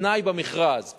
בתנאי במכרז,